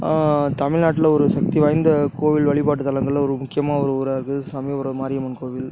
தமிழ்நாட்டில் ஒரு சக்தி வாய்ந்த கோவில் வழிபாட்டு தலங்களில் ஒரு முக்கியமாக ஒரு ஊராயிருக்கு சமயபுரம் மாரியம்மன் கோவில்